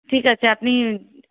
ঠিক আছে আপনি